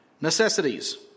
necessities